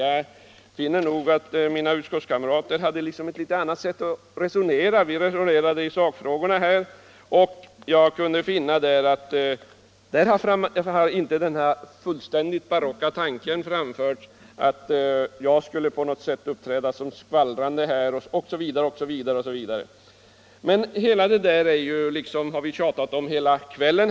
Jag tycker nog att mina utskottskamrater hade ett annat sätt att resonera. Vi diskuterade sakfrågorna, och där framfördes inte denna fullständigt barocka tanke att jag på något sätt skulle uppträda som skvallrande i utskottet osv. Det här har vi nu tjatat om hela kvällen.